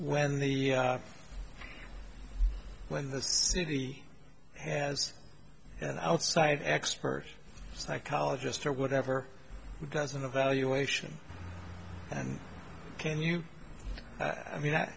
when the when the city has an outside expert psychologist or whatever doesn't evaluation and can you i mean